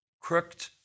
crooked